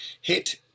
hit